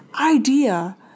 idea